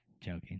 Joking